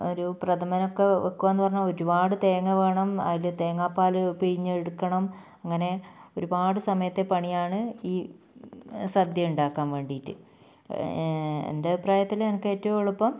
ഒരു പ്രഥമനൊക്കെ വയ്ക്കുക എന്ന് പറഞ്ഞാൽ ഒരുപാട് തേങ്ങ വേണം അതിൽ തേങ്ങാപ്പാൽ പിഴിഞ്ഞ് എടുക്കണം അങ്ങനെ ഒരുപാട് സമയത്തെ പണിയാണ് ഈ സദ്യ ഉണ്ടാക്കാൻ വേണ്ടിയിട്ട് എൻ്റെ അഭിപ്രായത്തിൽ എനിക്ക് ഏറ്റവും എളുപ്പം